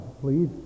please